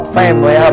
family